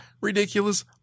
ridiculous